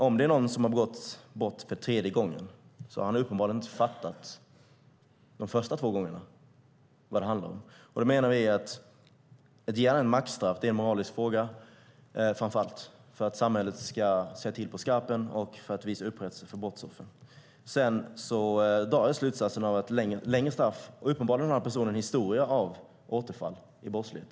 Om någon har begått ett brott för tredje gången har personen uppenbarligen inte fattat vad det handlar om de första två gångerna. Då menar vi att ett maxstraff framför allt är en moralisk fråga för att samhället ska säga till på skarpen och ge upprättelse till brottsoffren. Uppenbarligen har en sådan person en historia av återfall i brottslighet.